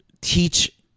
teach